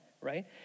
right